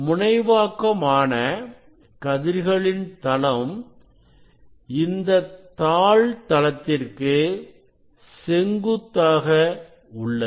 முனைவாக்கம் ஆன கதிர்களின் தளம் இந்தத் தாள் தளத்திற்கு செங்குத்தாக உள்ளது